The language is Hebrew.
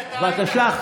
תודה.